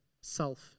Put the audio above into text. self